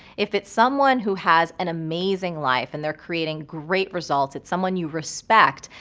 if it's someone who has an amazing life and they're creating great results, it's someone you respect,